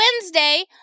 Wednesday